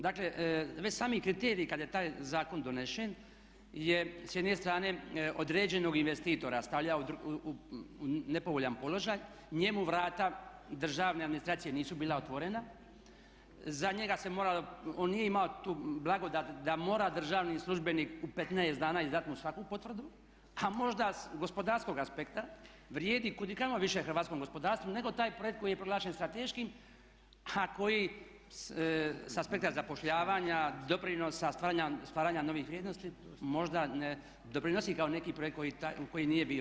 Dakle, već sami kriteriji kad je taj zakon donesen je s jedne strane određenog investitora stavljao u nepovoljan položaj njemu vrata državne administracije nisu bila otvorena, za njega se moralo, on nije imao tu blagodat da mora državni službeni u 15 dana izdat mu svaku potvrdu, a možda s gospodarskog aspekta vrijedi kud i kamo više hrvatskom gospodarstvu nego taj projekt koji je proglašen strateškim a koji sa aspekta zapošljavanja, doprinosa, stvaranja novih vrijednosti možda ne doprinosi kao neki projekt koji nije bio.